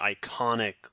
iconic